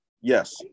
Yes